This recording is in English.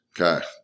Okay